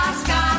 sky